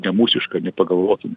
ne mūsišką nepagalvokime